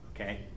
okay